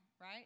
right